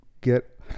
get